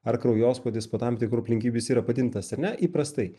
ar kraujospūdis po tam tikrų aplinkybių jis yra padidintas ar ne įprastai